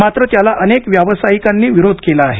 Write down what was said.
मात्र त्याला अनेक व्यावसायिकांनी विरोध केला आहे